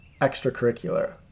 extracurricular